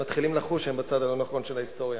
הם מתחילים לחוש שהם בצד הלא-נכון של ההיסטוריה,